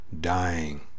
dying